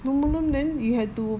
normal room then you have to